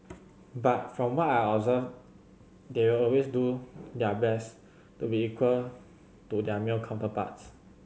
but from what I observed they will always do their best to be equal to their male counterparts